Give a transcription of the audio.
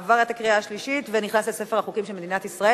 עבר בקריאה שלישית ונכנס לספר החוקים של מדינת ישראל.